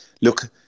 look